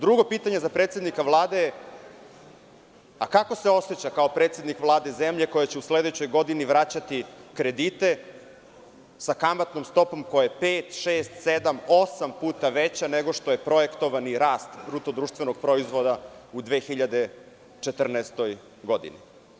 Drugo pitanje za predsednika Vlade je kako se oseća kao predsednik Vlade zemlje koja će u sledećoj godini vraćati kredite sa kamatnom stopom koja je 5 – 8 puta veća nego što je projektovani rast BDP u 2014. godini?